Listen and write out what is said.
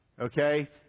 Okay